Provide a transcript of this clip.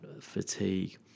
fatigue